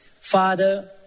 Father